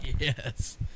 Yes